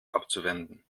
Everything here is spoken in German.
abzuwenden